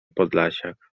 podlasiak